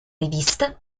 rivista